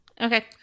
Okay